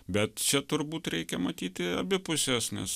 bet čia turbūt reikia matyti abi puses nes